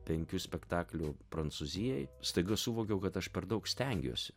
penkių spektaklių prancūzijoj staiga suvokiau kad aš per daug stengiuosi